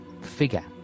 ...figure